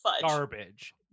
garbage